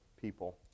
people